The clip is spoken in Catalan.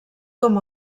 com